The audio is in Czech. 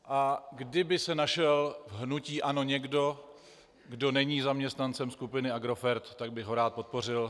A kdyby se našel v hnutí ANO někdo, kdo není zaměstnancem skupiny Agrofert, tak bych ho rád podpořil.